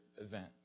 event